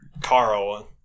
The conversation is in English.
Carl